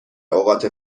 اوقات